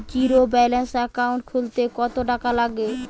Zero balance account খুলতে কত টাকা লাগে?